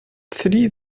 three